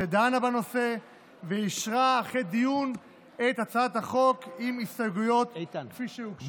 שדנה בנושא ואישרה אחרי דיון את הצעת החוק עם הסתייגויות כפי שהוגשו.